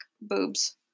boobs